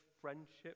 friendship